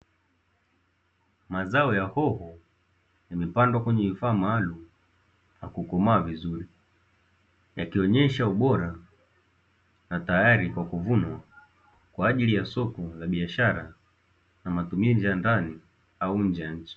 Mazao ya hoho yamepandwa kwenye vifaa maalumu na kukomaa vizuri, yakionyesha ubora na tayari kwa kuvunwa kwa ajili ya soko la biashara na matumizi ya ndani au nje ya nchi.